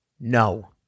no